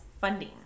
funding